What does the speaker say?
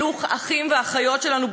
אלו אחים ואחיות שלנו,